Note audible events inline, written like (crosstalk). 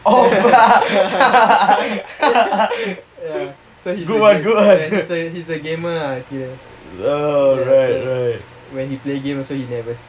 (laughs) good one good one right right